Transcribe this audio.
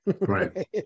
right